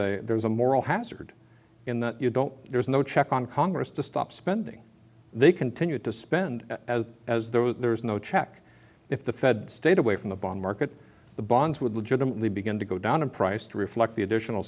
a there's a moral hazard in that you don't there's no check on congress to stop spending they continue to spend as as though there is no check if the fed stayed away from the bond market the bonds would legitimately begin to go down in price to reflect the additional